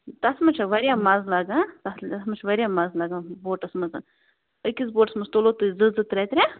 تَتھ منٛز چھےٚ وارِیاہ مَزٕ لَگان تَتھ یِتھ منٛز چھُ وارِیاہ مَزٕ لَگان بوٹس منٛز أکِس بوٹس منٛز تُلو تۄہہِ زٕ زٕ ترٛےٚ ترٛےٚ